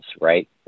Right